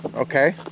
okay?